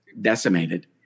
decimated